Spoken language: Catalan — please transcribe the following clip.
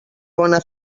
bona